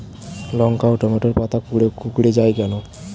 লঙ্কা ও টমেটোর পাতা কুঁকড়ে য়ায় কেন?